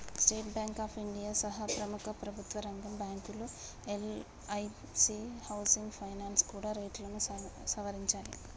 state bank of India సహా ప్రముఖ ప్రభుత్వరంగ బ్యాంకులు, ఎల్ఐసీ హౌసింగ్ ఫైనాన్స్ కూడా రేట్లను సవరించాయి